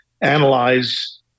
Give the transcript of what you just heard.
analyze